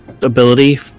ability